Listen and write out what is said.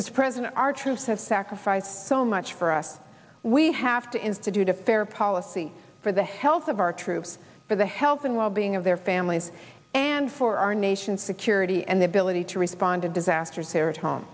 its president our troops have sacrificed so much for us we have to institute a fair policy for the health of our troops for the health and well being of their families and for our nation security and the ability to respond to disasters here at home